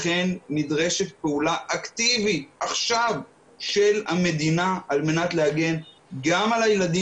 לכן נדרשת פעולה אקטיבית עכשיו של המדינה על מנת להגן גם על הילדים